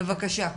בבקשה.